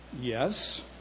Yes